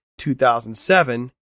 2007